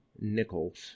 nickels